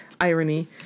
Irony